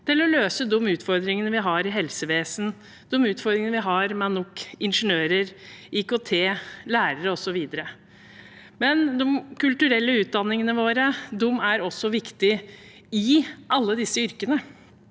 til å løse de utfordringene vi har i helsevesenet, de utfordringene vi har med nok ingeniører, IKT, lærere osv. Men de kulturelle utdanningene våre er også viktige i alle disse yrkene.